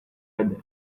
other